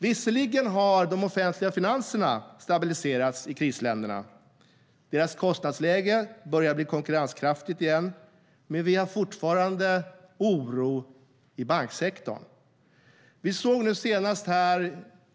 Visserligen har de offentliga finanserna stabiliserats i krisländerna. Deras kostnadsläge börjar bli konkurrenskraftigt igen, men vi har fortfarande oro i banksektorn.